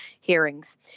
hearings